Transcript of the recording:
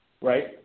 right